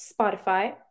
spotify